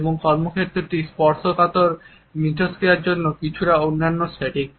এবং কর্মক্ষেত্রটি স্পর্শকাতর ইন্টারেকশনর জন্য কিছুটা অনন্য সেটিং